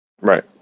Right